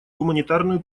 гуманитарную